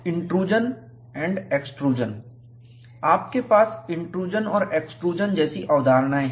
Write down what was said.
intrusion and extrusion आपके पास intrusion और एक्सट्रूजन जैसी अवधारणाएं हैं